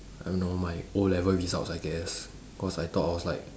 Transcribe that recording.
I don't know my o-level results I guess cause I thought I was like